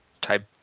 type